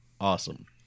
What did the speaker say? Awesome